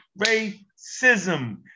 racism